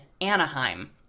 Anaheim